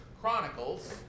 Chronicles